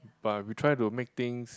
but we try to make things